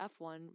F1